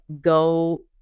go